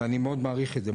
ואני מאוד מעריך את זה.